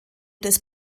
des